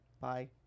Bye